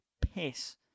piss